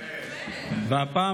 והפעם,